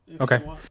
Okay